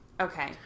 Okay